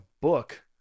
book